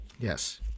Yes